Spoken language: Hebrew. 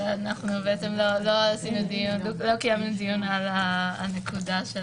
לא קיימנו דיון על הנקודה של